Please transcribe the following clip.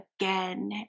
again